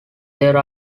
their